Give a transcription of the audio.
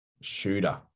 shooter